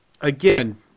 again